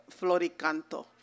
floricanto